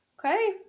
okay